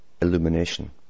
illumination